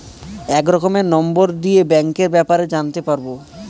এক রকমের নম্বর দিয়ে ব্যাঙ্কের ব্যাপারে জানতে পারবো